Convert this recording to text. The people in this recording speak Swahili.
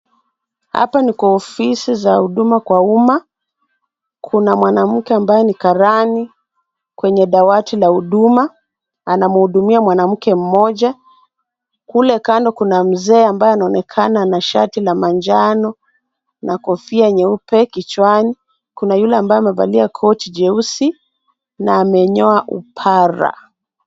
Hapa ni kwa ofisi za huduma kwa umma. Kuna mwanamke ambaye ni karani kwenye dawati la huduma anamhudumia mwanamke mmoja. kule mbele kuna mzee ambaye anaonekana ako na sharti la manjano na kofia nyeupe kichwani. Kuna yule ambaye amevalia koti jeusi na amenyoa upara.